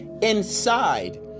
inside